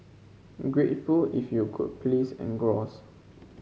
grateful if you could please engross